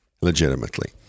legitimately